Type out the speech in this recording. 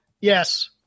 Yes